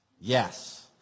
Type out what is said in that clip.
yes